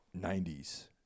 90s